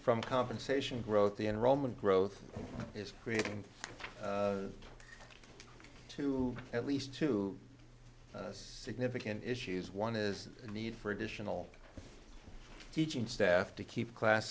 from compensation growth the enrollment growth is creating two at least two significant issues one is the need for additional teaching staff to keep class